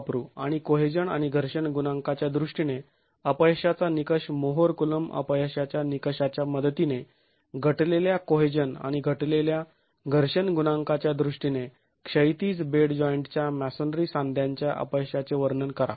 आणि कोहेजन आणि घर्षण गुणांकाच्या दृष्टीने अपयशाचा निकष मोहर कुलोंब अपयशाच्या निकषाच्या मदतीने घटलेल्या कोहेजन आणि घटलेल्या घर्षण गुणांकाच्या दृष्टीने क्षैतिज बेड जॉईंट च्या मॅसोनरी सांध्यांच्या अपयशाचे वर्णन करा